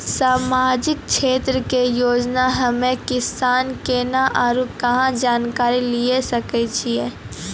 समाजिक क्षेत्र के योजना हम्मे किसान केना आरू कहाँ जानकारी लिये सकय छियै?